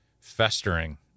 festering